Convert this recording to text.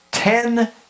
Ten